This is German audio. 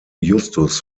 justus